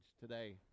today